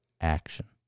action